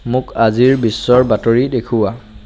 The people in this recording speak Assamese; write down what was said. মোক আজিৰ বিশ্বৰ বাতৰি দেখুওৱা